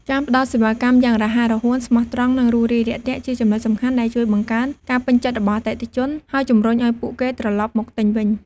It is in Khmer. ការផ្ដល់សេវាកម្មយ៉ាងរហ័សរហួន ស្មោះត្រង់ និងរួសរាយរាក់ទាក់ ជាចំណុចសំខាន់ដែលជួយបង្កើនការពេញចិត្តរបស់អតិថិជន ហើយជម្រុញឲ្យពួកគេត្រឡប់មកទិញវិញ។